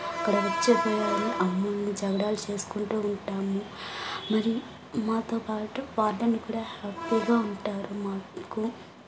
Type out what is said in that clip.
అక్కడ వచ్చే చేసుకుంటూ ఉంటాము మరి మాతో పాటు వార్డెన్ కూడా హ్యాపీగా ఉంటారు మాకు